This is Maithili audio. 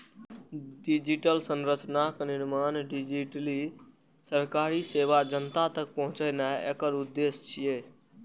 डिजिटल संरचनाक निर्माण, डिजिटली सरकारी सेवा जनता तक पहुंचेनाय एकर उद्देश्य छियै